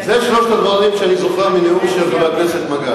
אלה שלושת הדברים שאני זוכר מהנאום של חבר הכנסת מגלי.